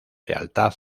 lealtad